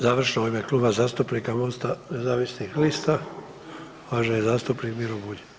Završno u ime Kluba zastupnika MOST-a nezavisnih lista uvaženi zastupnik Miro Bulj.